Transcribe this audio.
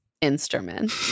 instrument